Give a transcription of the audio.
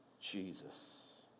Jesus